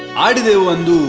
i do and